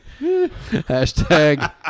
Hashtag